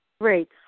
Great